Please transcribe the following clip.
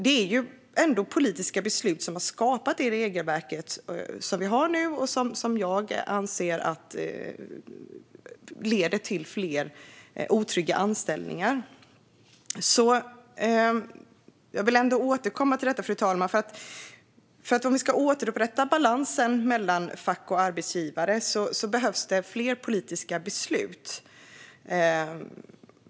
Det är ändå politiska beslut som har skapat det regelverk som vi har nu och som jag anser leder till fler otrygga anställningar. Jag vill återkomma till detta, fru talman, för om vi ska återupprätta balansen mellan fack och arbetsgivare behövs det fler politiska beslut.